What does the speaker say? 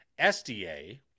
SDA